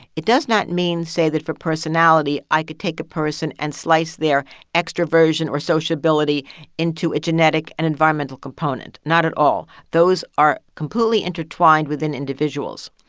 it does not mean, say, that for personality i could take a person and slice their extroversion or sociability into a genetic and environmental component not at all. those are completely intertwined within individuals.